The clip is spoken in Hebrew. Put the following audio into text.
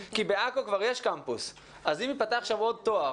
בעכו יש כבר קמפוס, אז אם יפתח שם עוד תואר